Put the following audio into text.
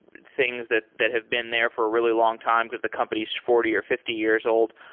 things that that have been there for a really long time because the company's forty or fifty years old.